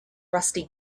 rusty